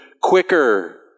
quicker